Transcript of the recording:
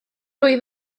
wyf